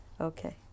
Okay